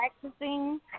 practicing